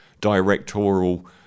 directorial